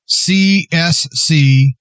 CSC